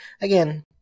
Again